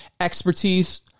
expertise